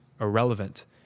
irrelevant